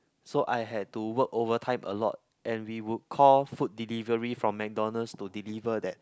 so I had to work overtime a lot and we would call food delivery from McDonalds to deliver that